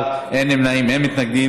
בעד, 11, אין נמנעים, אין מתנגדים.